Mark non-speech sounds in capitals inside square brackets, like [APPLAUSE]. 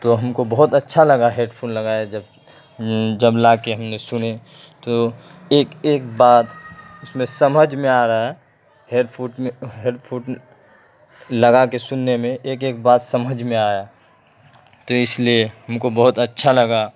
تو ہم کو بہت اچھا لگا ہیڈ فون لگایا جب جب لا کے ہم نے سنے تو ایک ایک بات اس میں سمجھ میں آ رہا ہے ہیئر فوٹ میں ہیڈ فوٹ [UNINTELLIGIBLE] لگاکے سننے میں ایک ایک بات سمجھ میں آیا تو اس لیے ہم کو بہت اچھا لگا